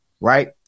right